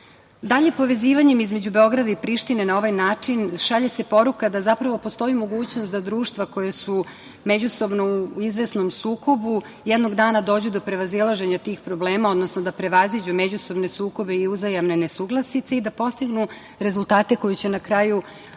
povezivanjem između Beograda i Prištine na ovaj način šalje se poruka da zapravo postoji mogućnost da društva koja su međusobno u izvesnom sukobu jednog dana dođu do prevazilaženja tih problema, odnosno da prevaziđu međusobne sukobe i uzajamne nesuglasice i da postignu rezultate koji će na kraju ići